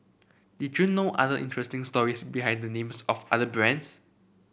did you know other interesting stories behind the names of other brands